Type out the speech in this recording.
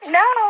no